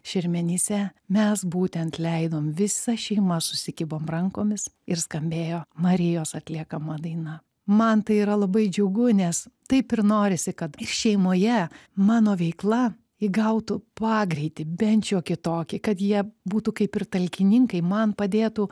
šermenyse mes būtent leidom visa šeima susikibom rankomis ir skambėjo marijos atliekama daina man tai yra labai džiugu nes taip ir norisi kad šeimoje mano veikla įgautų pagreitį bent jau kitokį kad jie būtų kaip ir talkininkai man padėtų